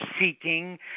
seeking